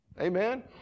Amen